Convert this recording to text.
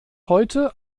heute